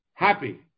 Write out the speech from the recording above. happy